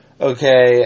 Okay